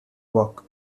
work